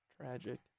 tragic